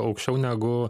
aukščiau negu